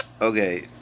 Okay